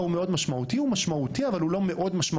הוא משמעותי, אבל הוא לא מאד משמעותי.